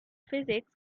physics